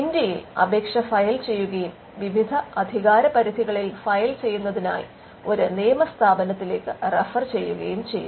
ഇന്ത്യയിൽ അപേക്ഷ ഫയൽ ചെയ്യുകയും വിവിധ അധികാരപരിധികളിൽ ഫയൽ ചെയ്യുന്നതിനായി ഒരു നിയമ സ്ഥാപനത്തിലേക്ക് റഫർ ചെയ്യുകയും ചെയ്യുന്നു